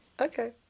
Okay